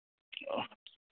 ओह्ह